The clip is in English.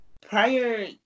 prior